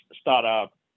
startup